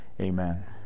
Amen